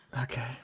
okay